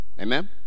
Amen